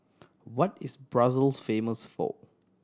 what is Brussels famous for